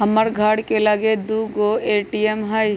हमर घर के लगे दू गो ए.टी.एम हइ